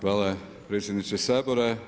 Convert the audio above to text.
Hvala predsjedniče Sabora.